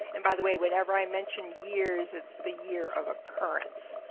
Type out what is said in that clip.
and, by the way, whenever i mention years, it's the year of occurrence.